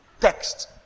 text